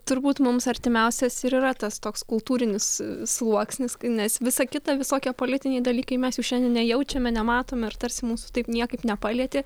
turbūt mums artimiausias ir yra tas toks kultūrinis sluoksnis nes visa kita visokie politiniai dalykai mes jų šiandien nejaučiame nematome ir tarsi mūsų taip niekaip nepalietė